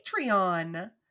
Patreon